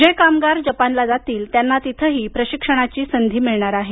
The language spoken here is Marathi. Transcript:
जे कामगार जपानला जातील त्यांना तिथं प्रशिक्षणाची संधीही मिळणार आहे